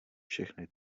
všechny